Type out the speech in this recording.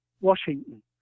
Washington